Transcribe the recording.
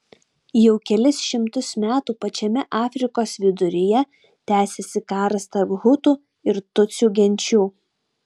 jau kelis šimtus metų pačiame afrikos viduryje tęsiasi karas tarp hutų ir tutsių genčių